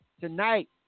tonight